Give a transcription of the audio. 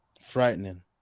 frightening